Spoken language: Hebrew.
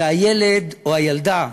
והילד או הילדה,